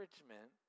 encouragement